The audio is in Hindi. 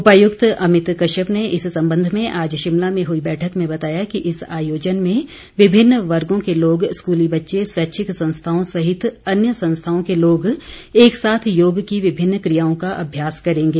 उपायुक्त अमित कश्यप ने इस संबंध में आज शिमला में हुई बैठक में बताया कि इस आयोजन में विभिन्न वर्गों के लोग स्कूली बच्चे स्वैच्छिक संस्थाओं सहित अन्य संस्थाओं के लोग एकसाथ योग की विभिन्न कियाओं का अभ्यास करेंगे